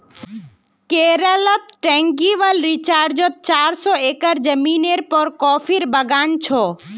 केरलत ट्रैंक्विल रिज़ॉर्टत चार सौ एकड़ ज़मीनेर पर कॉफीर बागान छ